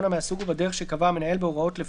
הערתי ואני כבר לא זוכרת אם הקראת או לא הקראת.